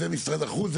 זה משרד החוץ,